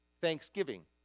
thanksgiving